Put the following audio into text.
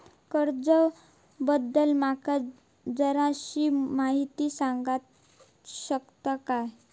कर्जा बद्दल माका जराशी माहिती सांगा शकता काय?